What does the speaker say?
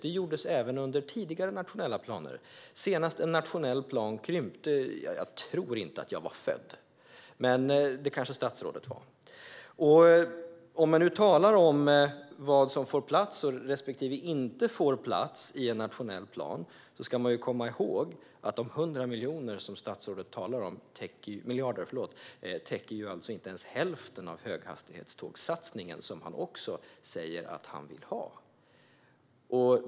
Det gjordes även med tidigare nationella planer. Senast en nationell plan krympte tror jag inte att jag var född, men det kanske statsrådet var. Om man nu talar om vad som får plats respektive inte får plats i en nationell plan ska man komma ihåg att de 100 miljarder som statsrådet talar om inte ens täcker hälften av höghastighetstågssatsningen, som han också säger att han vill ha.